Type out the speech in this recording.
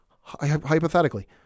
hypothetically